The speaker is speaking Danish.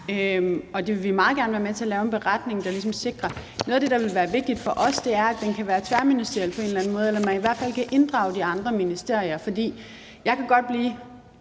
og vi vil meget gerne være med til at lave en beretning. Noget af det, der vil være vigtigt for os, er, at den på en eller anden måde kan være tværministeriel, eller at man i hvert fald kan inddrage de andre ministerier. For jeg kan godt blive